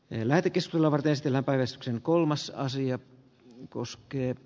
eläkekislovakeista läpäisksen kolmas asia koskee